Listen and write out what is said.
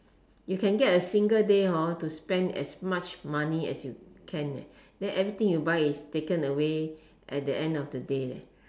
you can get a single day hor to spend as much money as you can ah then everything you buy is taken away at then end of the day leh